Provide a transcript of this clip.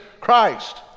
Christ